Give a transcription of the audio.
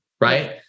right